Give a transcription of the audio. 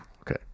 Okay